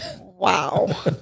Wow